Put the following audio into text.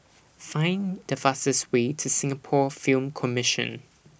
Find The fastest Way to Singapore Film Commission